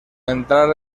entrar